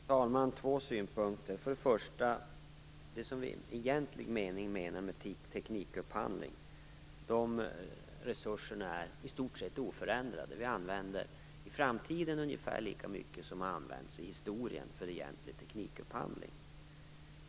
Fru talman! Två synpunkter. För det första är resurserna för det som vi i egentlig mening avser med teknikupphandling i stort sett oförändrade. Vi kommer i framtiden att använda ungefär lika mycket som det som historiskt har använts för egentlig teknikupphandling.